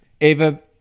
Ava